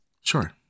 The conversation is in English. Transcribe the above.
sure